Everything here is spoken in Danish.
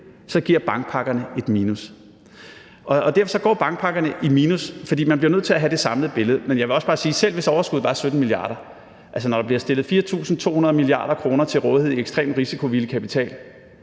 giver bankpakkerne et minus. Bankpakkerne går i minus, fordi man bliver nødt til at have det samlede billede. Men jeg vil også bare sige – selv hvis overskuddet var 17 mia. kr. – at når der bliver stillet 4.200 mia. kr. til rådighed i ekstremt risikovillig kapital,